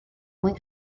mwyn